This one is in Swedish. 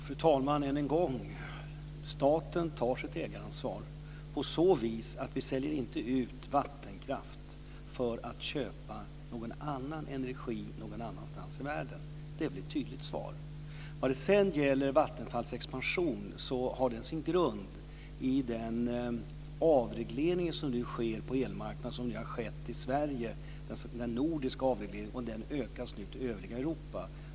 Fru talman! Låt mig än en gång säga att staten tar sitt ägaransvar på så vis att vi inte säljer ut vattenkraft för att köpa någon annan energi någon annanstans i världen. Det är väl ett tydligt svar. Vattenfalls expansion har sin grund i den avreglering av elmarknaden som har skett i Sverige och Norden. Den utökas nu till övriga Europa.